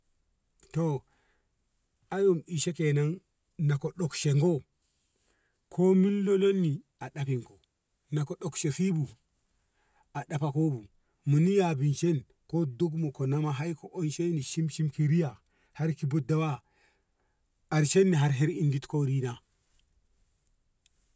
To ayon isho kenan na ko ɗogsho go komin lolon ni a ɗafinko na ko ɗogsho fibu aɗa fa ko bu muniya minshen ko dogmo ko nama haiko onsheni shimshim ki riyya har ki boddawa arshenni har har indok korina.